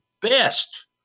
best